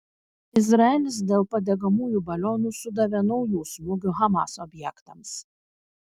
izraelis dėl padegamųjų balionų sudavė naujų smūgių hamas objektams